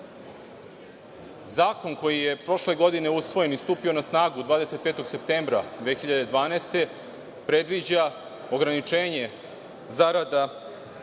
koji je prošle godine usvojen i stupio na snagu 25. septembra 2012. godine predviđa ograničenje zarada